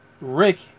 Rick